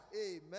Amen